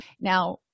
Now